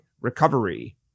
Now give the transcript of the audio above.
recovery